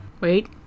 Wait